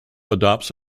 adopts